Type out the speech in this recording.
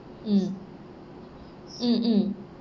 mm mm mm